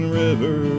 river